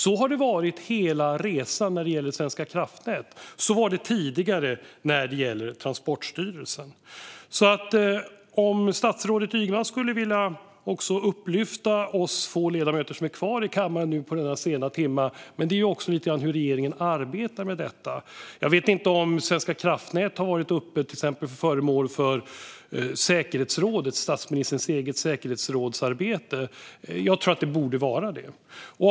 Så har det varit hela resan när det gäller Svenska kraftnät, och så var det tidigare när det gäller Transportstyrelsen. I denna sena timme skulle jag vilja att statsrådet Ygeman berättar för oss få ledamöter som är kvar i kammaren hur regeringen arbetar med detta. Jag vet inte om Svenska kraftnät har varit föremål för statsministerns eget säkerhetsrådsarbete. Jag tror att det borde vara det.